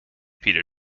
peter